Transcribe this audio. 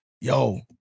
Yo